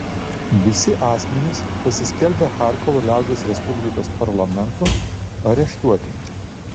visi asmenys pasiskelbę charkovo liaudies respublikos parlamentu areštuoti